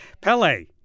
Pele